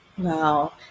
Wow